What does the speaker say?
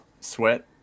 sweat